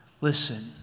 listen